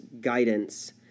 guidance